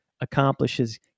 Accomplishes